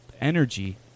energy